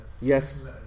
Yes